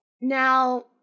Now